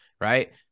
right